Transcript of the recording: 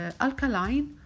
alkaline